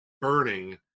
burning